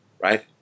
right